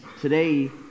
today